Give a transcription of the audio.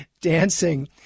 dancing